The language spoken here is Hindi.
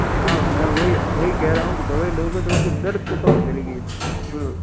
हाँ मैं वही वही कह रहा हूँ दवाई लोगे तो वो सिर्फ आपके दर्द को कम करेगी जो